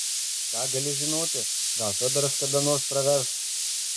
ką gali žinoti gal fiodoras kada nors pravers